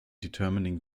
determining